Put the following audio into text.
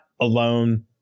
alone